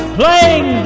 playing